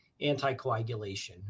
anticoagulation